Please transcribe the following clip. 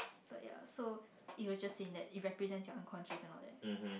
but yeah so it will just seen that it represent your unconscious and all that